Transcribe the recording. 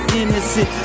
innocent